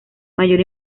mayor